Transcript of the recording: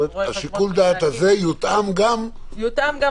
התאגיד יודיע למנהל